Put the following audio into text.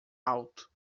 alto